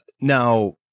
now